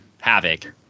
Havoc